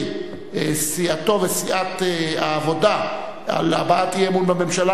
סיעתו וסיעת העבודה על הבעת אי-אמון בממשלה,